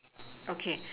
okay